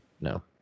No